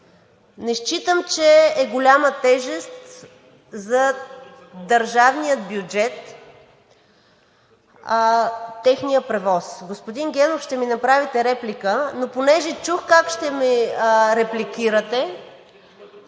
Не считам, че е голяма тежест за държавния бюджет техния превоз. Господин Хаджигенов, ще ми направите реплика, но понеже чух как ще ме репликирате…